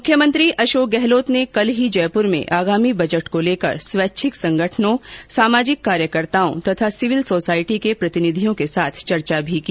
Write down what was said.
मुख्यमंत्री अशोक गहलोत ने कल ही जयपुर में आगामी बजट को लेकर स्वैच्छिक संगठनों सामाजिक कार्यकर्ताओं तथा सिविल सोसाइटी के प्रतिनिधियों के साथ चर्चा भी की